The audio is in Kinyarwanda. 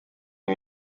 iyi